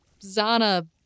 Zana